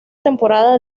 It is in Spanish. temporada